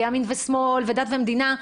ימין ושמאל ודת ומדינה,